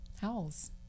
howls